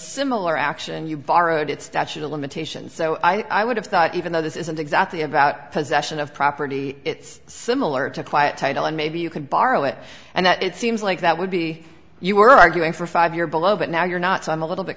similar action you borrowed it's statute of limitations so i would have thought even though this isn't exactly about possession of property it's similar to quiet title and maybe you can borrow it and it seems like that would be you were arguing for a five year beloved now you're not i'm a little bit